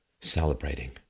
celebrating